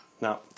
No